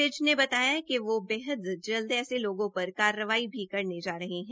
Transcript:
विज ने बताया कि वो बेहद जल्द ऐसे लोगों पर कार्रवाई भी करने जा रहे हैं